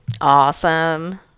awesome